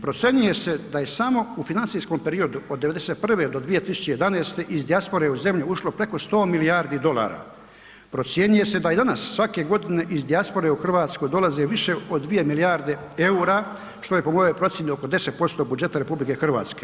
Procjenjuje se da je samo u financijskom periodu od '91. do 2011. iz dijaspore u zemlju ušlo preko 100 milijardi dolara, procjenjuje se da i danas svake godine iz dijaspore u Hrvatsku dolazi više od 2 milijarde EUR-a što je po mojoj procjeni 10% budžeta RH.